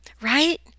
right